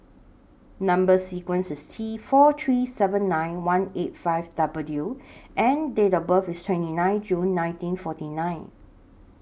Number sequence IS T four three seven nine one eight five W and Date of birth IS twenty nine June ninrteen forty nine